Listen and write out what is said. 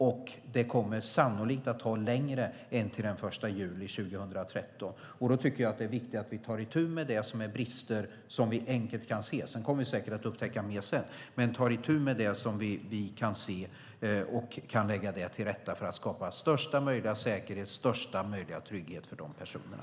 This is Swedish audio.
Och det kommer sannolikt att ta längre tid än till den 1 juli 2013. Då tycker jag att det är viktigt att vi tar itu med de brister som vi enkelt kan se. Sedan kommer vi säkert att upptäcka mer, men vi ska ta itu med det som vi kan se och kan lägga till rätta för att skapa största möjliga säkerhet och största möjliga trygghet för de personerna.